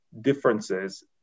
differences